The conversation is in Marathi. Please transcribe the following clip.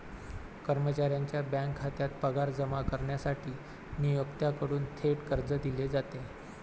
कर्मचाऱ्याच्या बँक खात्यात पगार जमा करण्यासाठी नियोक्त्याकडून थेट कर्ज दिले जाते